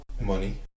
Money